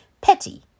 Petty